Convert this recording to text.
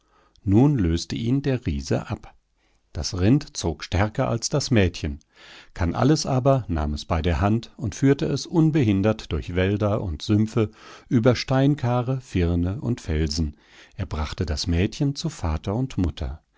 nun löste ihn der riese ab das rind zog stärker als das mädchen kannalles aber nahm es bei der hand und führte es unbehindert durch wälder und sümpfe über steinkare firne und felsen er brachte das mädchen zu vater und mutter